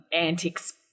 antics